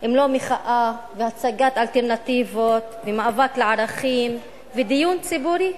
אם לא מחאה והצגת אלטרנטיבות ומאבק לערכים ודיון ציבורי?